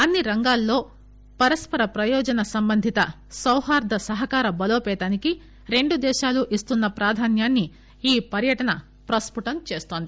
అన్ని రంగాల్లో పరస్సర ప్రయోజన సంబంధిత సౌహార్ద సహకార బలోపతానికి రెండు దేశాలూ ఇస్తున్న ప్రాధాన్యాన్ని ఈ పర్యటన ప్రస్పుటం చేస్తోంది